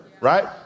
right